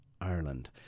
Ireland